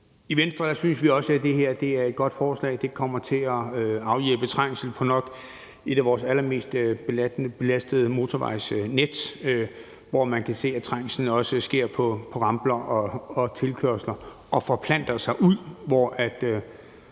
I Venstre synes vi også, det her er et godt forslag. Det kommer til at afhjælpe trængslen på nok et af vores allermest belastede motorvejsnet, hvor man kan se, at trængslen også er på ramper og tilkørsler og forplanter sig ud,